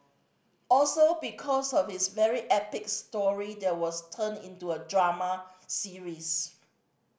also because of his very epic story there was turned into a drama series